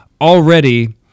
already